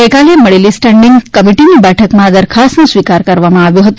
ગઈકાલે મળેલી સ્ટેન્ડિંગ કમિટીની બેઠકમાં આ દરખાસ્તનો સ્વીકાર કરવામાં આવ્યો હતો